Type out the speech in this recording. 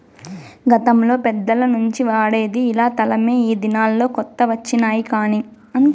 గతంలో పెద్దల నుంచి వాడేది ఇలా తలమే ఈ దినాల్లో కొత్త వచ్చినాయి కానీ